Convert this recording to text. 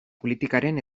politikaren